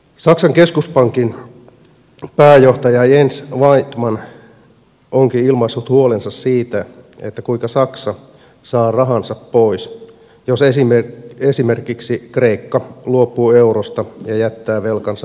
saksan keskuspankin pääjohtaja jens weidmann onkin ilmaissut huolensa siitä kuinka saksa saa rahansa pois jos esimerkiksi kreikka luopuu eurosta ja jättää velkansa maksamatta